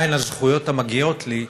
מהן הזכויות המגיעות לי,